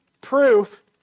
proof